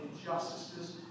injustices